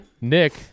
Nick